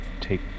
take